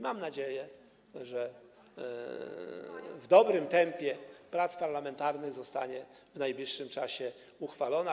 Mam nadzieję, że przy dobrym tempie prac parlamentarnych zostanie w najbliższym czasie uchwalona.